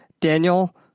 Daniel